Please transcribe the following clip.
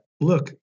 look